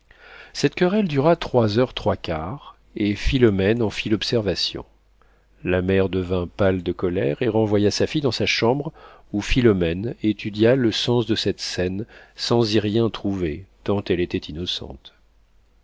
cette querelle dura trois heures trois quarts et philomène en fit l'observation la mère devint pâle de colère et renvoya sa fille dans sa chambre où philomène étudia le sens de cette scène sans y rien trouver tant elle était innocente